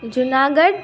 Junagadh